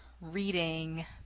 reading